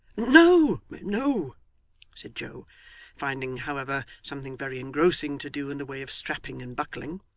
no no said joe finding, however, something very engrossing to do in the way of strapping and buckling